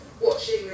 watching